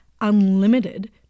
unlimited